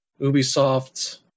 Ubisoft